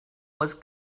was